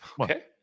okay